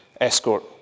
escort